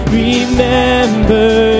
remember